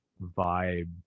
vibe